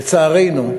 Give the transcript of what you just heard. לצערנו,